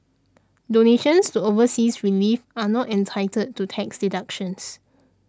donations to overseas relief are not entitled to tax deductions